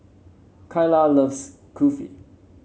Keila loves Kulfi